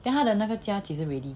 then 他的那个家几时 ready